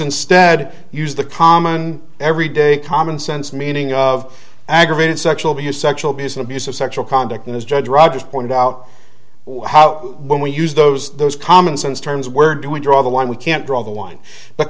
instead use the common everyday common sense meaning of aggravated sexual abuse sexual business of sexual conduct and as judge rogers pointed out how when we use those those commonsense terms where do we draw the line we can't draw the line but